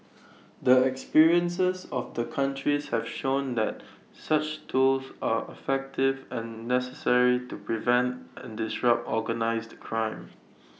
the experiences of the countries have shown that such tools are effective and necessary to prevent and disrupt organised crime